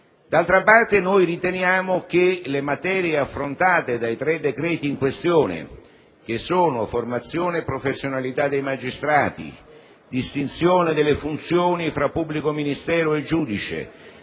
D'altra parte, occorre considerare le materie affrontate dai tre decreti in questione, concernenti la formazione e la professionalità dei magistrati, la distinzione di funzioni tra pubblico ministero e giudice,